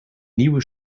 nieuwe